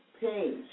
page